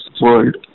world